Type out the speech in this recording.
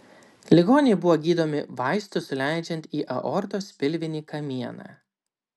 ligoniai buvo gydomi vaistus suleidžiant į aortos pilvinį kamieną